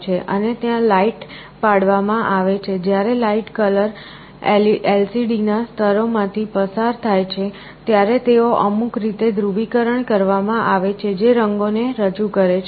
અને ત્યાં લાઈટ પાડવામાં આવે છે જ્યારે લાઈટ કલર LCD ના સ્તરોમાંથી પસાર થાય છે ત્યારે તેઓ અમુક રીતે ધ્રુવીકરણ કરવામાં આવે છે જે રંગોને રજૂ કરે છે